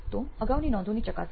તો અગાઉની નોંધોની ચકાસણી